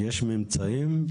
יש ממצאים?